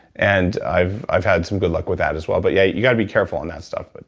and i've i've had some good luck with that as well, but yeah, you've got to be careful on that stuff. but